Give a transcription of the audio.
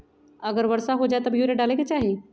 अगर वर्षा हो जाए तब यूरिया डाले के चाहि?